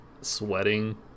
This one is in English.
sweating